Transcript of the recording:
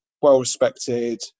well-respected